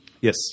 Yes